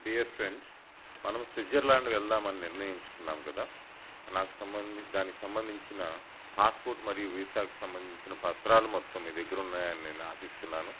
dear friends మనం Switzerland వెళ్దాం అని నిర్ణయించుకున్నాం కదా నాకు సంబంధిం దానికి సంబంధించిన పాస్పోర్ట్ మరియు వీసాకు సంబంధించిన పత్రాలు మొత్తం మీ దగ్గర ఉన్నాయని నేను ఆశిస్తున్నాను